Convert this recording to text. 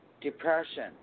depression